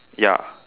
ya